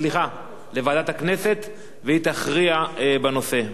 והיא תכריע בנושא.